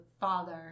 father